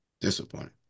Disappointed